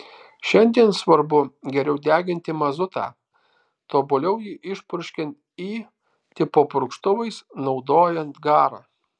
šiandien svarbu geriau deginti mazutą tobuliau jį išpurškiant y tipo purkštuvais naudojant garą